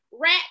rat